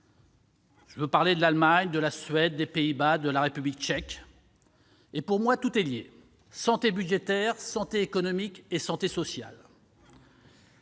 Je veux parler de l'Allemagne, de la Suède, des Pays-Bas, de la République tchèque. Pour moi, tout est lié : santé budgétaire, santé économique et santé sociale.